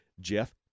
Jeff